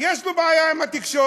יש לו בעיה עם התקשורת,